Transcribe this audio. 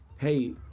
Hey